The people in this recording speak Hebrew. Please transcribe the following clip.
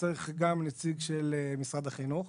צריך גם נציג של משרד החינוך,